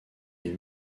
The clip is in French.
les